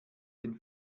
den